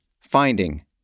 Finding